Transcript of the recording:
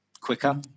quicker